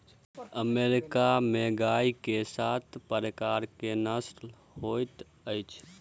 America में गाय के सात प्रकारक नस्ल होइत अछि